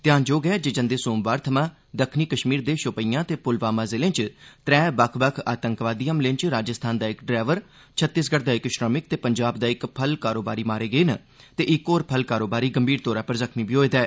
ध्यानजोग ऐ जे जंदे सोमवार थमां दक्खनी कष्मीर दे षोपियां ते पुलवामा जिलें च त्रै बक्ख बक्ख आतंकवादी हमले च राजस्थान दा इक डरैवर छत्तीसगढ़ दा इक श्रमिक ते पंजाब दा इक फल कारोबारी मारे गे न ते इक होर फल कारोबारी गंभीर तौर उप्पर जख्मी बी होए दा ऐ